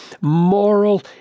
moral